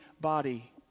body